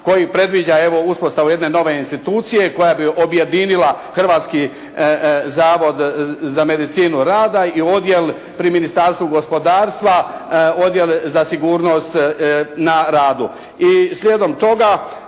koji predviđa evo uspostavu jedne nove institucije koja bi objedinila Hrvatski zavod za medicinu rada i odjel pri ministarstvu gospodarstva, odjel za sigurnost na radu.